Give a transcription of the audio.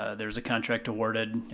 ah there's a contract awarded,